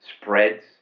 spreads